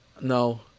No